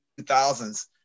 2000s